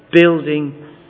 building